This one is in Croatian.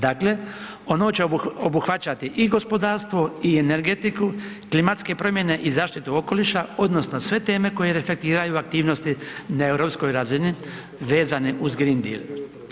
Dakle, ono će obuhvaćati i gospodarstvo i energetiku, klimatske promjene i zaštitu okoliša odnosno sve teme koje reflektiraju aktivnosti na europskoj razini vezane uz Green Deal.